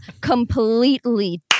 completely